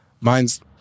mine's